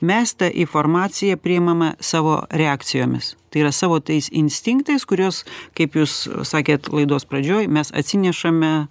mes tą informaciją priimame savo reakcijomis tai yra savo tais instinktais kuriuos kaip jūs sakėt laidos pradžioj mes atsinešame